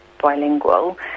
bilingual